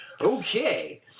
okay